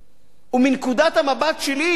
אם יש משהו שצריך להילחם עליו,